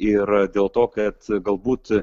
ir dėl to kad galbūt